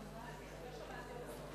לא שמעתי את הסוף.